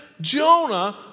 Jonah